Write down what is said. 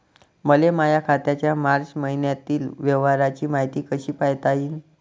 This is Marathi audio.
मले माया खात्याच्या मार्च मईन्यातील व्यवहाराची मायती कशी पायता येईन?